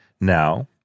Now